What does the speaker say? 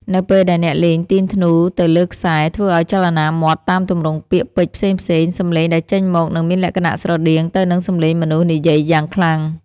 នៅពេលដែលអ្នកលេងទាញធ្នូទៅលើខ្សែ ហើយធ្វើចលនាមាត់តាមទម្រង់ពាក្យពេចន៍ផ្សេងៗ សម្លេងដែលចេញមកនឹងមានលក្ខណៈស្រដៀងទៅនឹងសម្លេងមនុស្សនិយាយយ៉ាងខ្លាំង។